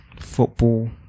football